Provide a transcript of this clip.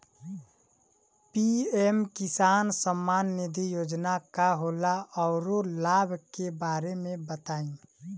PM किसान सम्मान निधि योजना का होला औरो लाभ के बारे में बताई?